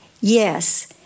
Yes